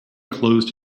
closed